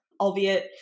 albeit